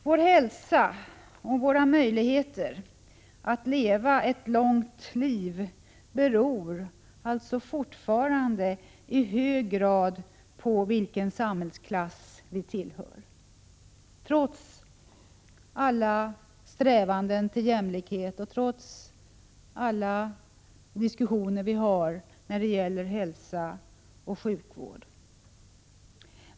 Vår hälsa och våra möjligheter att leva ett långt liv beror alltså fortfarande i hög grad på vilken samhällsklass vi tillhör — trots alla strävanden till jämlikhet och trots alla diskussioner om hälsa och sjukvård.